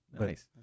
Nice